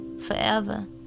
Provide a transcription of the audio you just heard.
forever